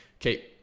Okay